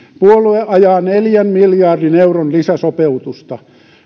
puolue ajaa neljän miljardin euron lisäsopeutusta